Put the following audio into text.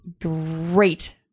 great